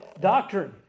doctrine